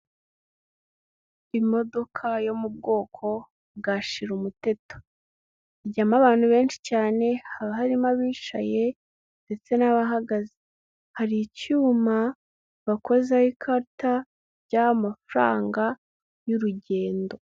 Imodoka yo mu bwoko bwa shira umuteto. Ijyamo abantu benshi cyane, haba harimo abicaye ndetse n'abagaze. Hari icyuma bakozaho ikarita ijyaho amafaranga y'urugendo.